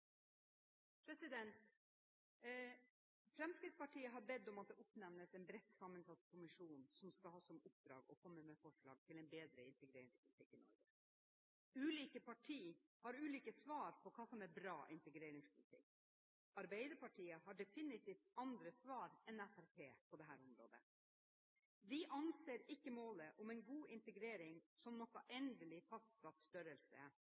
Fremskrittspartiet har bedt om at det oppnevnes en bredt sammensatt kommisjon som skal ha som oppdrag å komme med forslag til en bedre integreringspolitikk i Norge. Ulike partier har ulike svar på hva som er bra integreringspolitikk. Arbeiderpartiet har definitivt andre svar enn Fremskrittspartiet på dette området. Vi anser ikke målet om en god integrering som noen endelig fastsatt størrelse, men noe som er